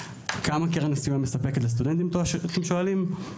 כמה קרן הסיוע מספקת לסטודנטים אתם שואלים?